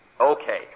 Okay